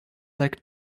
like